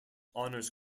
honors